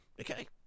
Okay